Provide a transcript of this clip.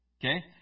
Okay